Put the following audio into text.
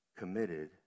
committed